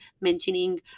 mentioning